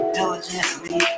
diligently